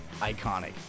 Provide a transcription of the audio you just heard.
iconic